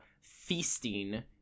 feasting